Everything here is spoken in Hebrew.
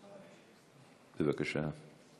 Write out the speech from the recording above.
בבקשה.